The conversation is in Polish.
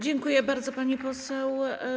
Dziękuję bardzo, pani poseł.